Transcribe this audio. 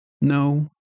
No